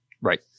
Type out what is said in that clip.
Right